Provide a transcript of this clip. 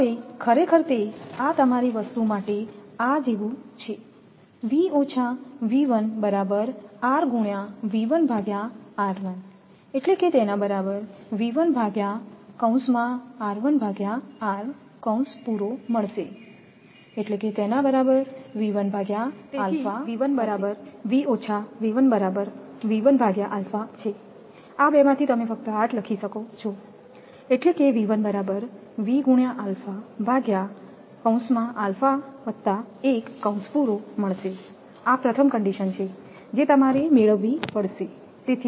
તેથી ખરેખર તે આ તમારી વસ્તુ માટે આ જેવું છે તેથી બરાબર છે આ બેમાંથી તમે ફક્ત આ જ લખી શકો છો આ પ્રથમ કન્ડિશન છે જે તમારે મેળવવી પડશે